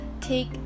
take